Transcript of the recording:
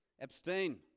abstain